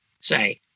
say